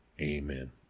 Amen